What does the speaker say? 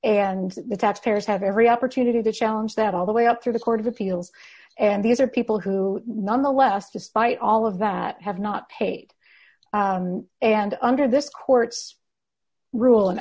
and the taxpayers have every opportunity to challenge that all the way up through the court of appeals and these are people who nonetheless despite all of that have not paid and under this court's rul